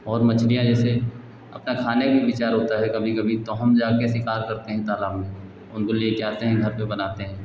और मछलियाँ जैसे अपना खाने का विचार होता है कभी कभी तो हम जाकर शिकार करते हैं तालाब में उनको लेकर आते हैं घर पर बनाते हैं